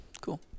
Cool